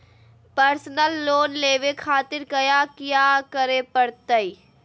Personal loan लेवे खातिर कया क्या करे पड़तइ?